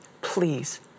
please